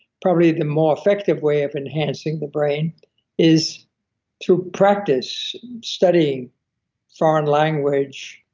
probably the more effective way of enhancing the brain is to practice studying foreign language,